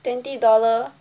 twenty dollar